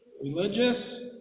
religious